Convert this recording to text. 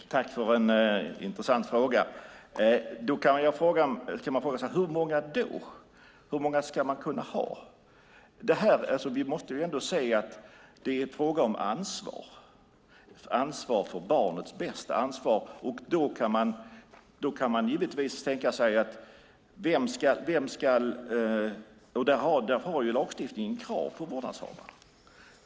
Fru talman! Tack för en intressant fråga! Då kan man fråga sig: Hur många då? Hur många ska man kunna ha? Vi måste ändå se att det är fråga om ansvar för barnets bästa. Där har lagstiftningen krav på vårdnadshavaren.